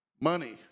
money